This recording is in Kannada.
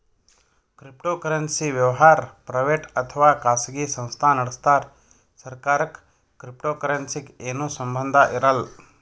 ಕ್ರಿಪ್ಟೋಕರೆನ್ಸಿ ವ್ಯವಹಾರ್ ಪ್ರೈವೇಟ್ ಅಥವಾ ಖಾಸಗಿ ಸಂಸ್ಥಾ ನಡಸ್ತಾರ್ ಸರ್ಕಾರಕ್ಕ್ ಕ್ರಿಪ್ಟೋಕರೆನ್ಸಿಗ್ ಏನು ಸಂಬಂಧ್ ಇರಲ್ಲ್